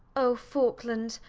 oh! faulkland,